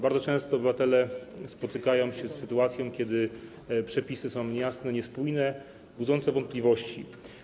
Bardzo często obywatele spotykają się z sytuacją, kiedy przepisy są niejasne, niespójne, budzące wątpliwości.